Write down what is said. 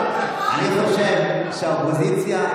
אני חושב שהאופוזיציה,